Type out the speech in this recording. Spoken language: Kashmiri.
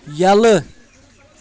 یلہٕ